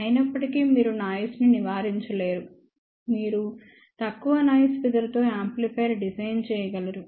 అయినప్పటికీ మీరు నాయిస్ ని నివారించలేరు మీరు తక్కువ నాయిస్ ఫిగర్ తో యాంప్లిఫైయర్ డిజైన్ చేయగలరు